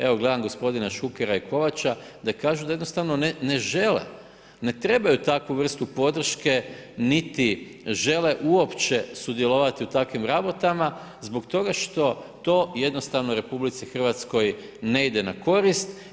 Evo gledam gospodina Šukera i Kovača da kažu da jednostavno ne žele, ne trebaju takvu vrstu podrške niti žele uopće sudjelovati u takvim rabotama zbog toga što to jednostavno RH ne ide na korist.